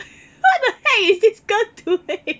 what the heck is this girl doing